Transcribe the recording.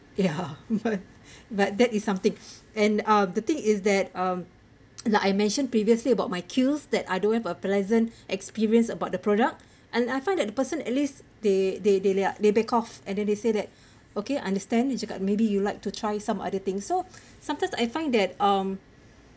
ya but but that is something and uh the thing is that mm like I mentioned previously about my Khiel's that I don't have a pleasant experience about the product and I find that the person at least they they they are they back off and then they say that okay understand is you got maybe you like to try some other thing so sometimes I find that um